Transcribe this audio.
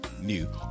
new